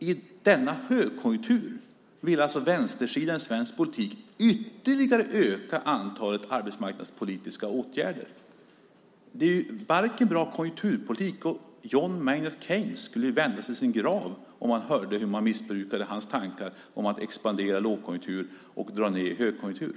I denna högkonjunktur vill Vänstern i svensk politik ytterligare öka antalet arbetsmarknadspolitiska åtgärder. Det är ingen bra arbetsmarknadspolitik. John Maynard Keynes skulle vända sig i sin grav om han hörde hur man missbrukar hans tankar om att expandera i lågkonjunktur och dra ned i högkonjunktur.